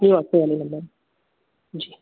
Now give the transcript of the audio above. यह वाट्सअप वाला नम्बर है जी